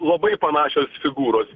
labai panašios figūros